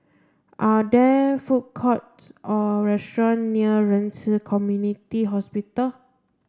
are there food courts or restaurant near Ren Ci Community Hospital